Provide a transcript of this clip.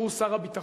שהוא שר הביטחון.